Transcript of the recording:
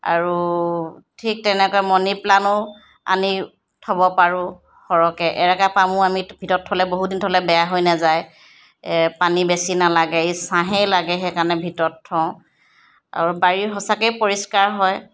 আৰু ঠিক তেনেকৈ মনি প্লান্টো আনি থ'ব পাৰোঁ সৰহকৈ এৰেকা পামো আমি ভিতৰত থ'লে বহুতদিন থ'লে বেয়া হৈ নাযায় এই পানী বেছি নালাগে ছাঁয়েই লাগে সেইকাৰণে ভিতৰত থওঁ আৰু বায়ু সঁচাকৈয়ে পৰিষ্কাৰ হয়